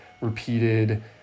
repeated